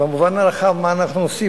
במובן הרחב מה אנחנו עושים,